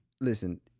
Listen